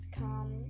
come